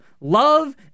love